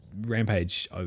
Rampage